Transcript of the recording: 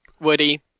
Woody